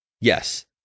Yes